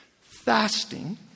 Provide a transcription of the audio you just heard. fasting